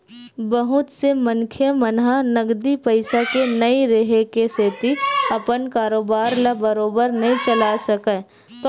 बहुत से मनखे मन ह नगदी पइसा के नइ रेहे के सेती अपन कारोबार ल बरोबर नइ चलाय सकय